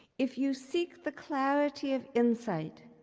if you seek the clarity of insight